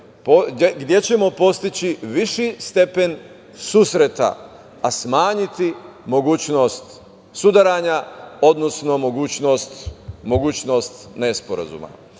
gde ćemo postići viši stepen susreta, a smanjiti mogućnost sudaranja, odnosno mogućnost nesporazuma. Svaka